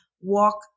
walk